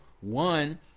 One